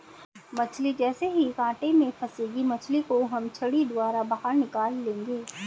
मछली जैसे ही कांटे में फंसेगी मछली को हम छड़ी द्वारा बाहर निकाल लेंगे